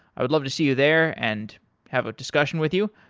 i would love to see you there and have a discussion with you.